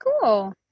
cool